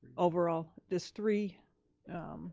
overall, this three